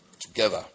Together